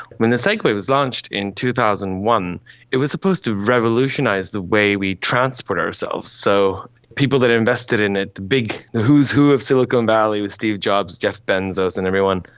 when the segway was launched in two thousand and one it was supposed to revolutionise the way we transport ourselves. so people that invested in it, the big who's who of silicon valley, with steve jobs, jeff bezos and everyone,